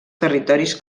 territoris